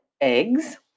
eggs